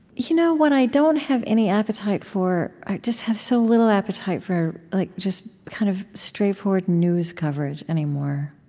you know what i don't have any appetite for i just have so little appetite for like just kind of straightforward news coverage anymore.